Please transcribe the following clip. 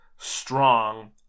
strong